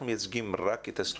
אנחנו מייצגים רק את הסטודנטים.